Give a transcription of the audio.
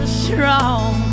strong